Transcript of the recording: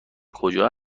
کجا